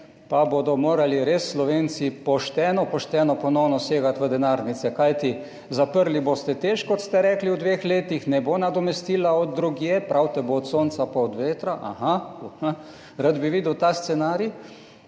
pa bodo morali res Slovenci pošteno pošteno ponovno segati v denarnice. Kajti zaprli boste TEŠ, kot ste rekli, v dveh letih, ne bo nadomestila od drugje, pravite, bo od sonca pa od vetra. Aha, rad bi videl ta scenarij.